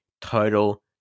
total